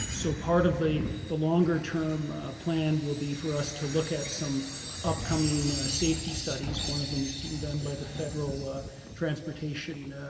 so part of the the longer term plan will be for us to look at some upcoming safety studies, one of them is being done by the federal transportation